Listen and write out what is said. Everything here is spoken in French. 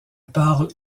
parle